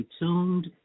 tuned